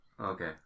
Okay